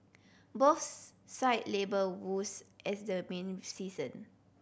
both cited labour woes as the main season